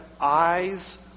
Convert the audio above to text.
eyes